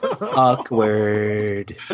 Awkward